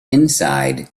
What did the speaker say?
inside